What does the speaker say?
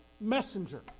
messenger